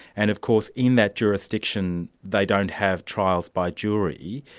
and of course in that jurisdiction they don't have trials by jury.